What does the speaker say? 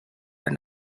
are